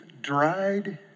dried